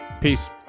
Peace